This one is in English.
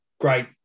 great